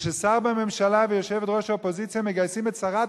כששר בממשלה ויושבת-ראש האופוזיציה מגייסים את שרת